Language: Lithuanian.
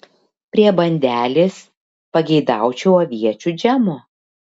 prie bandelės pageidaučiau aviečių džemo